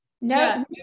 No